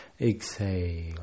exhale